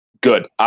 good